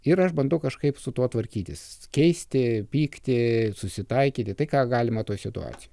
ir aš bandau kažkaip su tuo tvarkytis keisti pykti susitaikyti tai ką galima toj situacijoj